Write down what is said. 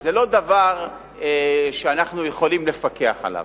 זה לא דבר שאנחנו יכולים לפקח עליו.